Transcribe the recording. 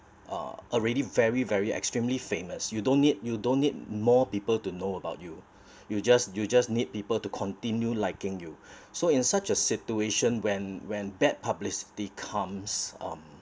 uh already very very extremely famous you don't need you don't need more people to know about you you just you just need people to continue liking you so in such a situation when when bad publicity comes um